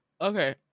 Okay